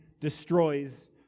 destroys